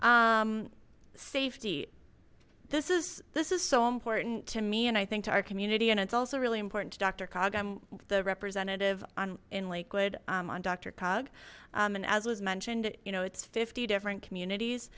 um safety this is this is so important to me and i think to our community and it's also really important to doctor cog i'm the representative on in lakewood on doctor cog and as was mentioned you know it's fifty different communities